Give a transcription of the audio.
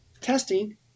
testing